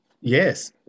Yes